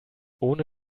ohne